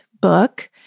book